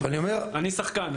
אני אומר --- אני שחקן,